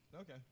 Okay